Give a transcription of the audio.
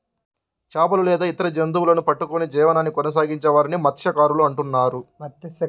చేపలు లేదా ఇతర సముద్ర జంతువులను పట్టుకొని జీవనాన్ని కొనసాగించే వారిని మత్య్సకారులు అంటున్నారు